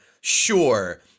sure